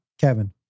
Kevin